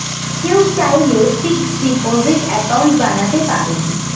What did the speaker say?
কেউ চাইলে fixed deposit account বানাতে পারেন